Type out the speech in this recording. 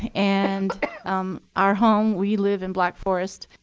and our home we live in black forest